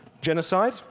genocide